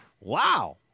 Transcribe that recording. Wow